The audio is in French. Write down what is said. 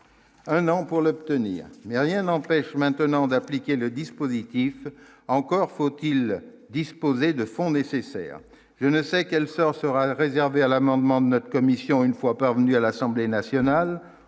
un an pour l'obtenir mais rien n'empêche maintenant d'appliquer le dispositif, encore faut-il disposer de fonds nécessaires, je ne sais quel sort sera réservé à l'amendement de notre commission une fois parvenu à l'Assemblée nationale,